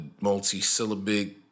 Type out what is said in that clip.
multi-syllabic